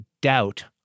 doubt